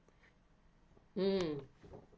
mm